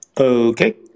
Okay